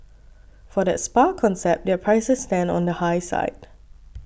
for that spa concept their prices stand on the high side